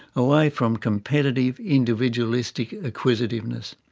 away from competitive, individualistic acquisitiveness.